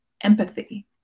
empathy